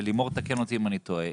ולימור תתקן אותי אם אני טועה,